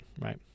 right